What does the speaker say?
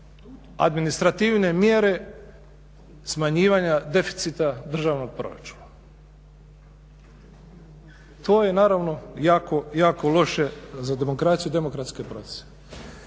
administrativne mjere smanjivanja deficita državnog proračuna. To je naravno jako loše za demokraciju i demokratske …